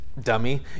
dummy